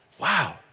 Wow